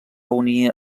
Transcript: unir